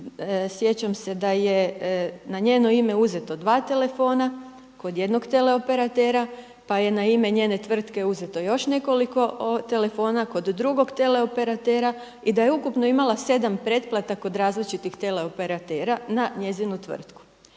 sjećam se da je na njeno ime uzeto 2 telefona kod jednog tele operatera, pa je na ime njene tvrtke uzeto još nekoliko telefona kod drugog tele operatera i da je ukupno imala 7 pretplata kod različitih tele operatera na njezinu tvrtku.